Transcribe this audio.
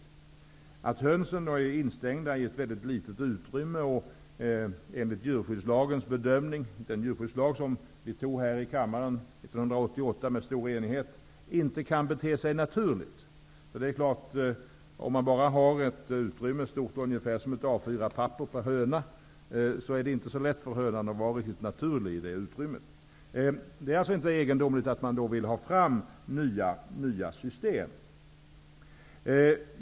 Det är alltså inte egendomligt att man vill ha fram nya system, när hönsen är instängda i ett litet utrymme och de, enligt djurskyddslagens bedömning -- den djurskyddslag som vi i stor enighet antog här i kammaren 1988 -- inte kan bete sig naturligt. Om det bara finns ett utrymme stort som ett A 4-papper per höna är det klart att det inte är lätt för hönan att bete sig riktigt naturligt.